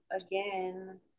again